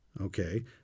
Okay